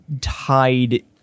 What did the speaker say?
tied